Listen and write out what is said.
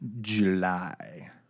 July